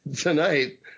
tonight